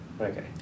okay